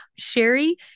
Sherry